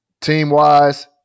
team-wise